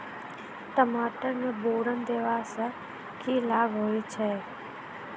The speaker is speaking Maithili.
टमाटर मे बोरन देबा सँ की लाभ होइ छैय?